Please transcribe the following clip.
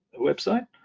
website